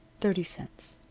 thirty cents.